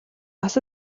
бас